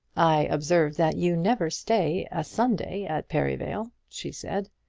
i observe that you never stay a sunday at perivale, she said.